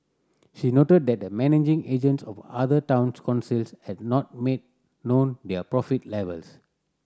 she noted that the managing agents of other towns councils had not made known their profit levels